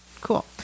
Cool